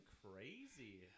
crazy